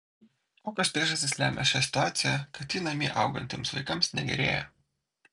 kokios priežastys lemia šią situaciją kad ji namie augantiems vaikams negerėja